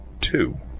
two